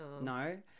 no